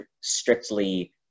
strictly